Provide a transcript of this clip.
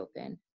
open